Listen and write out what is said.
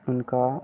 इनका